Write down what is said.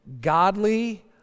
godly